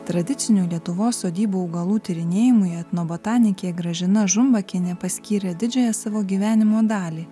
tradicinių lietuvos sodybų augalų tyrinėjimui etnobotanikė gražina žumbakienė paskyrė didžiąją savo gyvenimo dalį